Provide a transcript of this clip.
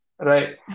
right